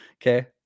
okay